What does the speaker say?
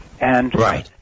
Right